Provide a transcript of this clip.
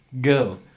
go